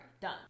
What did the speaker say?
Done